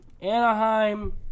Anaheim